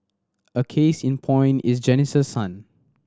a case in point is Janice's son